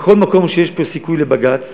בכל מקום שיש בו סיכוי לבג"ץ